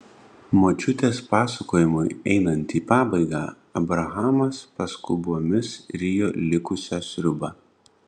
močiutės pasakojimui einant į pabaigą abrahamas paskubomis rijo likusią sriubą